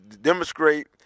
demonstrate